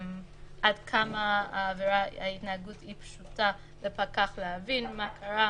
עד כמה ההתנהגות היא פשוטה לפקח להבין מה קרה,